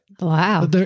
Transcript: wow